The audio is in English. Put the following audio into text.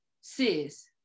sis